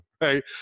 right